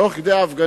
תוך כדי ההפגנות